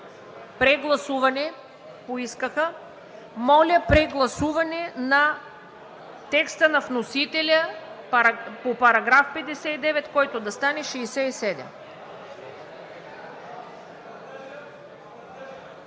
Прегласуване поискаха. Моля, прегласуване на текста на вносителя по § 59, който да стане § 67.